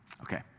Okay